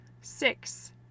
Six